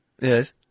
Yes